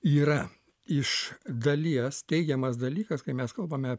yra iš dalies teigiamas dalykas kai mes kalbame